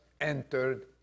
entered